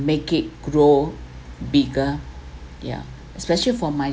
make it grow bigger yeah especially for my